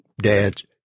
Dad's